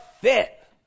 fit